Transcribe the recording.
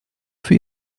für